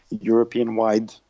european-wide